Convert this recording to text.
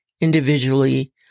individually